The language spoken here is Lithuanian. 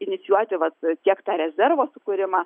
inicijuoti vat tiek tą rezervo sukūrimą